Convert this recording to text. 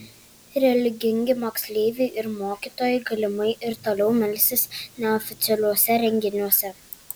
religingi moksleiviai ir mokytojai galimai ir toliau melsis neoficialiuose renginiuose